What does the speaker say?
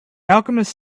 alchemist